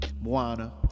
moana